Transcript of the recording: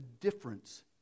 difference